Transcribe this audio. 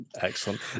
Excellent